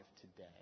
today